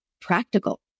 practical